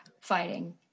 fighting